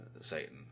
Satan